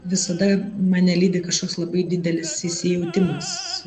visada mane lydi kažkoks labai didelis įsijautimas